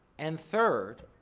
and, third,